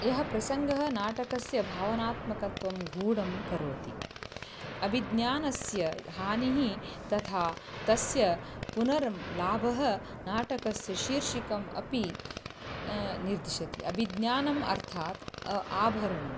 यः प्रसङ्गः नाटकस्य भावनात्मकत्वं गूढं करोति अभिज्ञानस्य हानिः तथा तस्य पुनर्लाभः नाटकस्य शीर्षिका अपि निर्दिशति अभिज्ञानम् अर्थात् आभरणम्